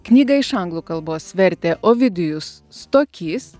knygą iš anglų kalbos vertė ovidijus stokys